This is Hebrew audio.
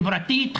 חברתית,